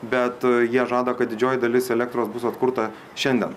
bet jie žada kad didžioji dalis elektros bus atkurta šiandien